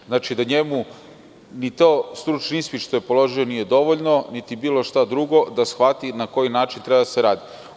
To znači da njemu ni stručni ispit koji je položio nije dovoljan, niti bilo šta drugo, da shvati na koji način treba da se radi.